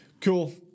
Cool